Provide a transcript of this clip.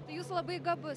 tai jūs labai gabus